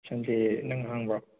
ꯁꯟꯗꯦ ꯅꯪ ꯍꯥꯡꯕ꯭ꯔꯣ